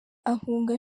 ahunga